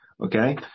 Okay